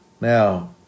Now